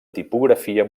tipografia